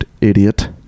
idiot